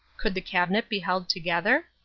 could the cabinet be held together?